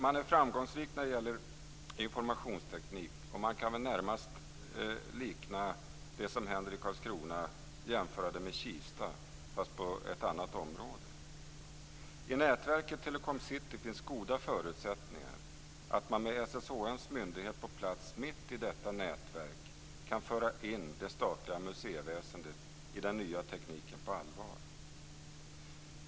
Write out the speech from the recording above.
Man kan närmast jämföra det som händer i Karlskrona med den utveckling som varit i Kista, fast på ett annat område. I nätverket Telecom City finns goda förutsättningar att man med SSHM:s myndighet på plats mitt i detta nätverk kan föra in det statliga museiväsendet i den nya tekniken på allvar.